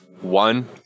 One